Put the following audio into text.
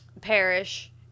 parish